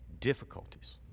difficulties